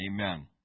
Amen